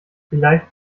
vielleicht